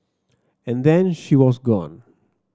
and then she was gone